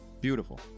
Beautiful